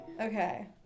Okay